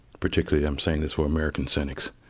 particularly, i'm saying this for american cynics.